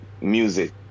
music